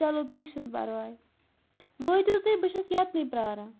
چلو کینٛہہ چھِنہٕ پَرواے وٲتِو تُہۍ بہٕ چھس یَتنٕے پیاران